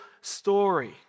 story